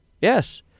Yes